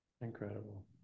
Incredible